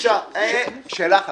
שאלה אחת.